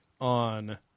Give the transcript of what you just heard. on